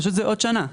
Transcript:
פשוט זה עוד שנה.